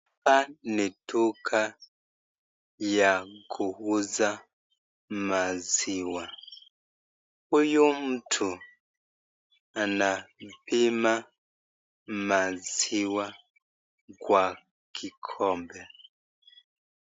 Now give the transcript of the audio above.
Hapa ni duka ya kuuza maziwa. Huyu mtu anapima maziwa kwa kikombe.